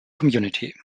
community